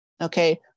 Okay